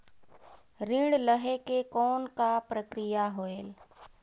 ऋण लहे के कौन का प्रक्रिया होयल?